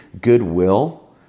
goodwill